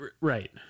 Right